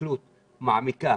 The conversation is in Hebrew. הסתכלות מעמיקה